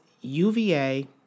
UVA